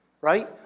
right